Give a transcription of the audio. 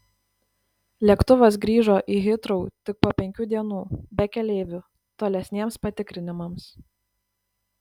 lėktuvas grįžo į hitrou tik po penkių dienų be keleivių tolesniems patikrinimams